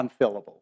unfillable